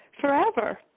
forever